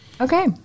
Okay